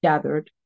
Gathered